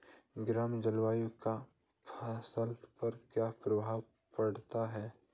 गर्म जलवायु का फसलों पर क्या प्रभाव पड़ता है?